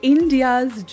India's